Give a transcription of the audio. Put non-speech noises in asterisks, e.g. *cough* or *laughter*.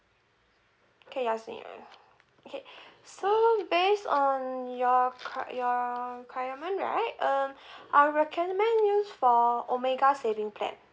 okay you're s~ okay *breath* so based on your your requirement right um *breath* I'll recommend you for omega saving plan